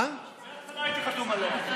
אני הייתי חתום עליה.